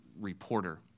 reporter